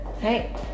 Hey